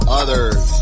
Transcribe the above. others